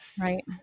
right